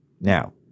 Now